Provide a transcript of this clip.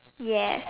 yes